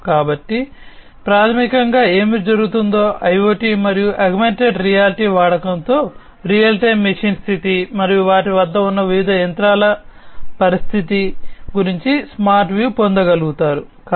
కాబట్టి ప్రాథమికంగా ఏమి జరుగుతుందో IoT మరియు ఆగ్మెంటెడ్ రియాలిటీ వాడకంతో రియల్ టైమ్ మెషీన్ స్థితి మరియు వాటి వద్ద ఉన్న వివిధ యంత్రాల పరిస్థితి గురించి స్మార్ట్ వ్యూ పొందగలుగుతారు